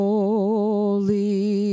Holy